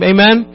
Amen